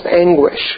anguish